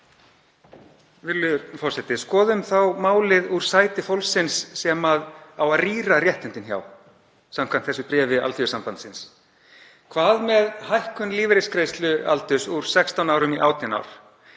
Virðulegi forseti. Skoðum málið þá úr sæti fólksins sem á að rýra réttindin hjá samkvæmt þessu bréfi Alþýðusambandsins. Hvað með hækkun lífeyrisgreiðslualdurs úr 16 árum í 18 ár,